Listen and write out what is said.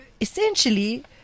essentially